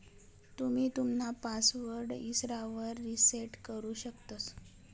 तुम्ही तुमना पासवर्ड इसरावर रिसेट करु शकतंस